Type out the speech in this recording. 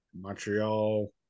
Montreal